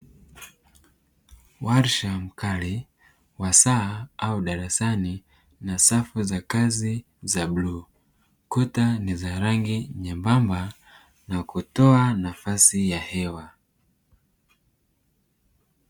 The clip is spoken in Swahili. Warsha mkali wasaa au darasani na safu za kazi za bluu, kuta ni za rangi nyembamba, na kutoa nafasi ya hewa.